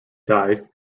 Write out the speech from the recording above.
died